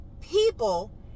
people